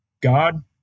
God